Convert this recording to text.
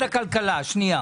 שנה.